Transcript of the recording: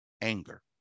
anger